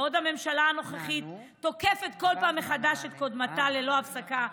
בעוד הממשלה הנוכחית תוקפת בכל פעם מחדש את קודמתה ללא הפסקה,